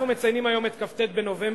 אנחנו מציינים היום את כ"ט בנובמבר.